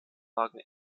lagen